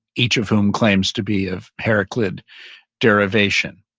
each of whom claims to be of heraclid derivation.